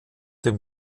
dem